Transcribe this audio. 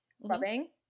loving